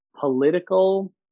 political